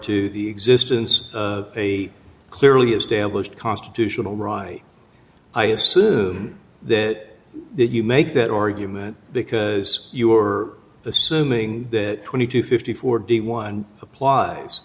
to the existence of a clearly established constitutional right i assume that you make that argument because you are assuming that twenty to fifty four day one applies